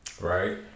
Right